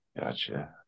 gotcha